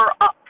up